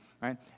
right